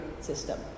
system